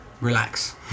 Relax